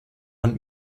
man